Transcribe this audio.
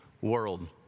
world